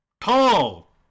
tall